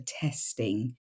testing